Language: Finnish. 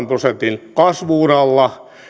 prosentin kasvu uralla